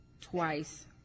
twice